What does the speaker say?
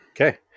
Okay